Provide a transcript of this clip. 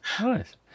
nice